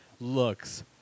looks